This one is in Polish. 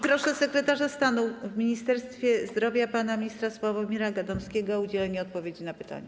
Proszę podsekretarza stanu w Ministerstwie Zdrowia pana ministra Sławomira Gadomskiego o udzielenie odpowiedzi na pytania.